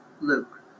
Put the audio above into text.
Luke